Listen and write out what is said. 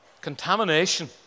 Contamination